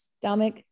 stomach